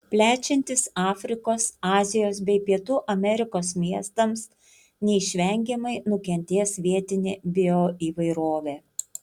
plečiantis afrikos azijos bei pietų amerikos miestams neišvengiamai nukentės vietinė bioįvairovė